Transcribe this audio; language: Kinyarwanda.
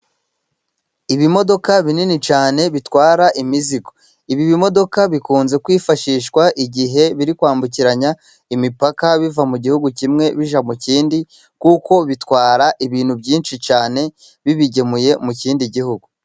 Ibimodoka binini cyane bitwara imizigo. Ibi bimodoka bikunze kwifashishwa igihe biri kwambukiranya imipaka biva mu gihugu kimwe bijya mu kindi, kuko bitwara ibintu byinshi cyane bibigemuye mu kindi gihugu.